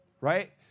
right